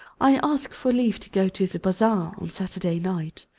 i asked for leave to go to the bazaar on saturday night.